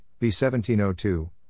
B1702